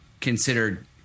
considered –